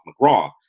McGraw